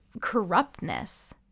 corruptness